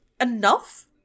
enough